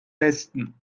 besten